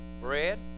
Bread